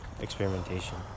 experimentation